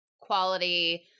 quality